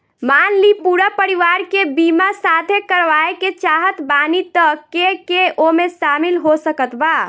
मान ली पूरा परिवार के बीमाँ साथे करवाए के चाहत बानी त के के ओमे शामिल हो सकत बा?